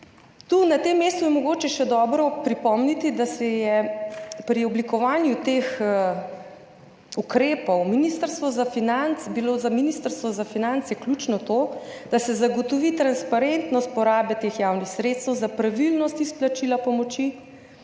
Na tem mestu je mogoče še dobro pripomniti, da je bilo pri oblikovanju teh ukrepov Ministrstvu za finance ključno to, da se zagotovi transparentnost porabe teh javnih sredstev za pravilnost izplačila pomoči,